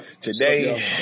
Today